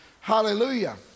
Hallelujah